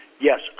Yes